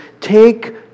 take